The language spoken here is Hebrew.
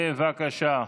בבקשה.